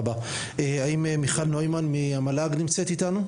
האם מיכל נוימן, המשנה למל"ג נמצאת איתנו?